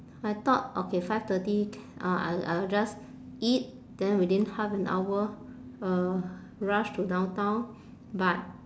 I thought okay five thirty I'll I'll just eat then within half an hour uh rush to downtown but